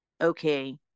okay